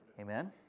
Amen